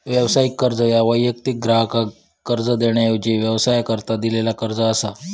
व्यावसायिक कर्ज ह्या वैयक्तिक ग्राहकाक कर्ज देण्याऐवजी व्यवसायाकरता दिलेलो कर्ज असा